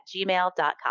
gmail.com